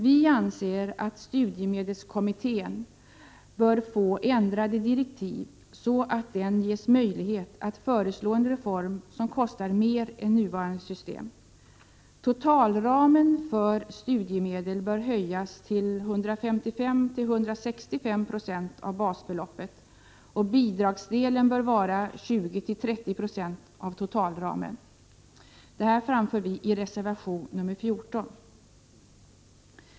Vi anser att studiemedelskommittén bör få ändrade direktiv så att den ges möjlighet att föreslå en reform som kostar mer än nuvarande system. Totalramen för studiemedel bör höjas till 155—165 26 av basbeloppet, och bidragsdelen bör vara 20-30 2 av totalramen. Detta framför vi i reservation nr 14.